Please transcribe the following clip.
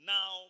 Now